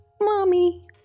Mommy